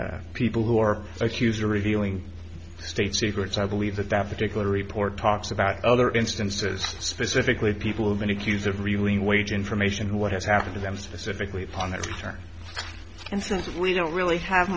to people who are accused or revealing state secrets i believe that that particular report talks about other instances specifically people who've been accused of really wage information what has happened to them specifically upon their return and since we don't really have